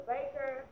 Baker